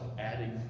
adding